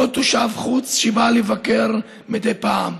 לא תושב חוץ שבא לבקר מדי פעם.